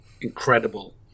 incredible